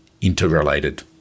interrelated